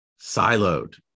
siloed